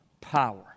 power